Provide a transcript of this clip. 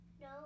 No